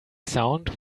sound